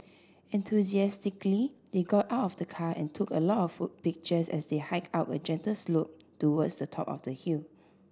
enthusiastically they got out of the car and took a lot of pictures as they hiked up a gentle slope towards the top of the hill